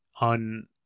on